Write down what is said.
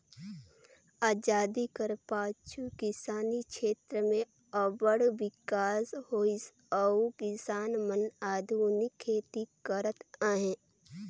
अजादी कर पाछू किसानी छेत्र में अब्बड़ बिकास होइस अउ किसान मन आधुनिक खेती करत अहें